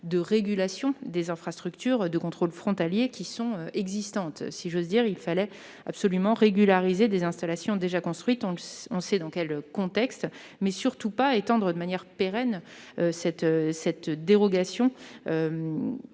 de régularisation des infrastructures de contrôles frontaliers existantes. Il fallait régulariser des installations déjà construites, dans le contexte que l'on connaît, mais surtout pas étendre de manière pérenne cette dérogation,